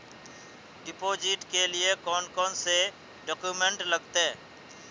Deposit के लिए कौन कौन से डॉक्यूमेंट लगते?